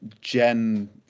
Gen